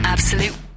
Absolute